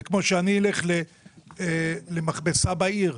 זה כמו שאני אלך למכבסה בעיר.